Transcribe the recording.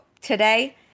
today